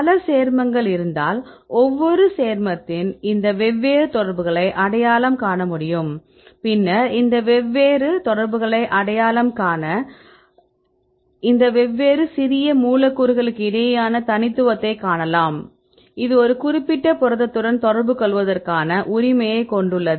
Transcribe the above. பல சேர்மங்கள் இருந்தால் ஒவ்வொரு சேர்மத்தின் இந்த வெவ்வேறு தொடர்புகளை அடையாளம் காண முடியும் பின்னர் இந்த வெவ்வேறு சிறிய மூலக்கூறுகளுக்கிடையேயான தனித்துவத்தை காணலாம் இது ஒரு குறிப்பிட்ட புரதத்துடன் தொடர்புகொள்வதற்கான உரிமையைக் கொண்டுள்ளது